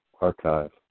archive